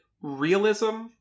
realism